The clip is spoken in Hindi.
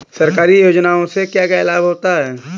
सरकारी योजनाओं से क्या क्या लाभ होता है?